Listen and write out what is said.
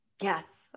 Yes